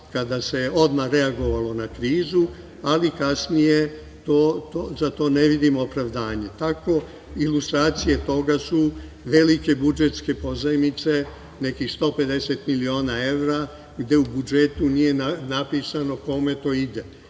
kada se odmah reagovalo na krizu, ali kasnije za to ne vidim opravdanje. Ilustracije toga su velike budžetske pozajmice, nekih 150 miliona evra, gde u budžetu nije napisano kome to ide.